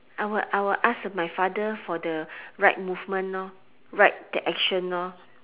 I will I will ask my father for the right movement orh right the action orh